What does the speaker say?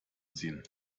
ziehen